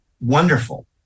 wonderful